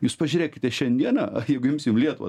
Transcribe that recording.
jūs pažiūrėkite šiandieną jeigu imsim lietuvą